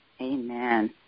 Amen